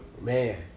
Man